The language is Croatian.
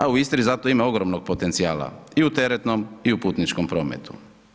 A u Istri za to ima ogromnog potencijala i u teretnom i u putničkom prometu.